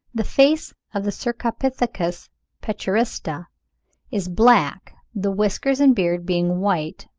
the face of the cercopithecus petaurista is black, the whiskers and beard being white,